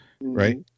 right